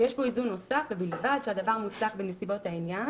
ויש פה איזון נוסף: ובלבד שהדבר מוצדק בנסיבות העניין